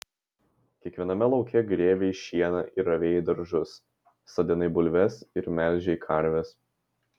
kiekviename lauke grėbei šieną ir ravėjai daržus sodinai bulves ir melžei karves